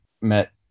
met